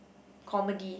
comedy